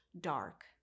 dark